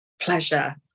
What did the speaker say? pleasure